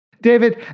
David